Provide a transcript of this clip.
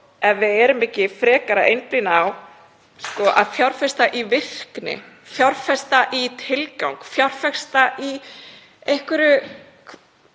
við ekki frekar að einblína á að fjárfesta í virkni, fjárfesta í tilgangi, fjárfesta í einhverju